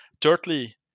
Thirdly